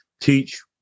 teach